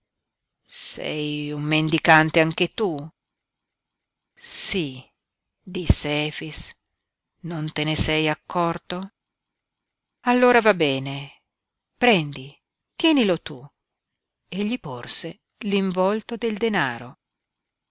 sei un mendicante anche tu sí disse efix non te ne sei accorto allora va bene prendi tienilo tu e gli porse l'involto del denaro